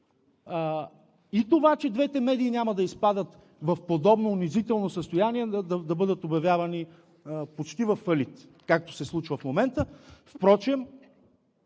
и това, че двете медии няма да изпадат в подобно унизително състояние да бъдат обявявани почти във фалит, както се случва в момента.